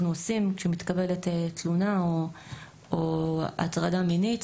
עושים כשמתקבלת תלונה או הטרדה מינית,